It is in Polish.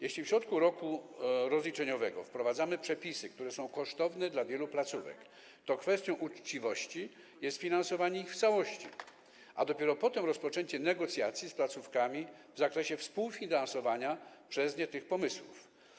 Jeśli w środku roku rozliczeniowego wprowadzamy przepisy, które są kosztowne dla wielu placówek, to kwestią uczciwości jest finansowanie ich w całości, a dopiero potem rozpoczęcie negocjacji z placówkami w zakresie współfinansowania przez nie tych pomysłów.